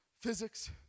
Physics